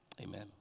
Amen